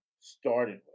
started